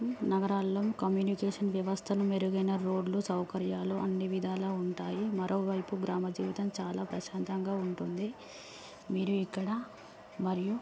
నగరాల్లో కమ్యూనికేషన్ వ్యవస్థను మెరుగైన రోడ్లు సౌకర్యాలు అన్ని విధాల ఉంటాయి మరోవైపు గ్రామ జీవితం చాలా ప్రశాంతంగా ఉంటుంది మీరు ఇక్కడ మరియు